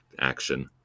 action